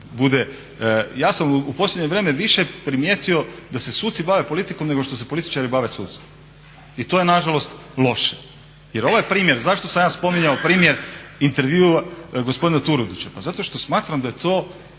ja sam u posljednje vrijeme više primijetio da se suci bave politikom nego što se političari bave sudstvom i to je na žalost loše. Jer ovo je primjer zašto sam ja spominjao primjer intervjua gospodina Turudića. Pa zato što smatram da je to